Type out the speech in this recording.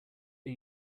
are